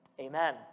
Amen